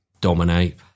dominate